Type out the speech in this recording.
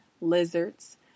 Lizards